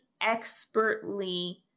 expertly